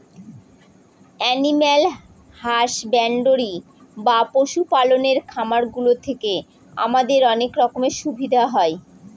animal husbandry বা পশু পালনের খামার গুলো থেকে আমাদের অনেক রকমের সুবিধা হয়